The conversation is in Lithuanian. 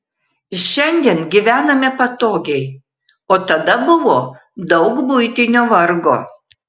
šiandien gyvename patogiai o tada buvo daug buitinio vargo